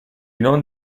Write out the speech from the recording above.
non